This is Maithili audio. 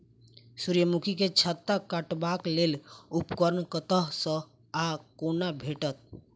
सूर्यमुखी केँ छत्ता काटबाक लेल उपकरण कतह सऽ आ कोना भेटत?